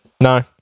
No